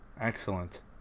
excellent